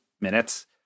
minutes